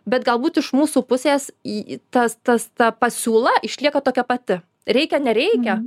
bet galbūt iš mūsų pusės į tas tas ta pasiūla išlieka tokia pati reikia nereikia